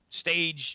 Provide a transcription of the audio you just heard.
stage